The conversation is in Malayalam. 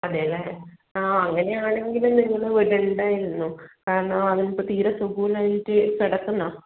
അതെ അല്ലേ ആ അങ്ങനെയാണെങ്കിൽ നിങ്ങൾ വിടേണ്ടായിരുന്നു കാരണം അവനിപ്പോൾ തീരെ സുഖമില്ലാഞ്ഞിട്ട് കിടക്കുന്നതാണ്